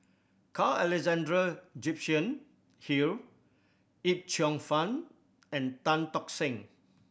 Carl Alexander Gibson Hill Yip Cheong Fun and Tan Tock Seng